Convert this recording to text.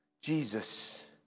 Jesus